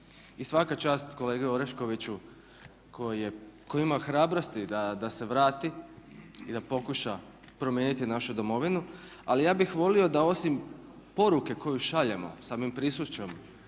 I svaka čast kolegi Oreškoviću koji je imao hrabrosti da se vrati i da pokuša promijeniti našu domovinu. Ali ja bih volio da osim poruke koju šaljemo samim prisustvom